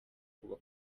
kubaka